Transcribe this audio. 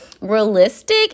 realistic